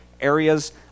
areas